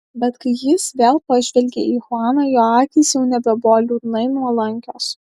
bet kai jis vėl pažvelgė į chuaną jo akys jau nebebuvo liūdnai nuolankios